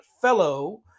fellow